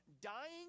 dying